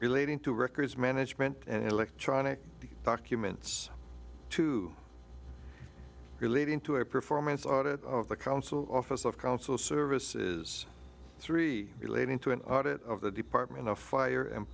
relating to records management and electronic documents relating to a performance audit of the council office of council services three relating to an audit of the department of fire